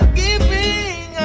giving